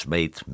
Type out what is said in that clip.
Made